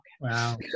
wow